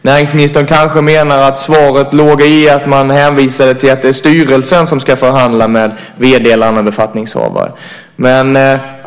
Näringsministern kanske menar att svaret låg i att han hänvisade till att det är styrelsen som ska förhandla med vd eller annan befattningshavare.